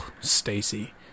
Stacy